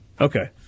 okay